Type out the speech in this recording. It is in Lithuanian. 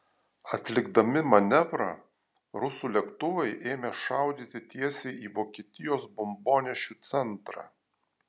atlikdami manevrą rusų lėktuvai ėmė šaudyti tiesiai į vokietijos bombonešių centrą